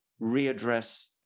readdress